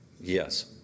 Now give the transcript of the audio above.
Yes